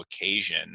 occasion